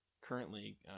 currently